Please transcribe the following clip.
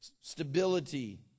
Stability